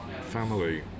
family